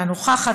אינה נוכחת,